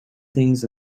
things